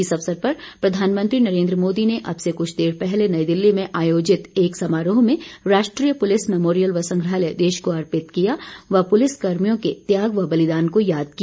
इस अवसर पर प्रधानमंत्री नरेन्द्र मोदी ने अब से कुछ देर पहले नई दिल्ली में आयोजित एक समारोह में राष्ट्रीय पुलिस मेमोरियल व संग्रहालय देश को अर्पित किया व पुलिस कर्मियों के त्याग व बलिदान को याद किया